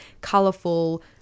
Colourful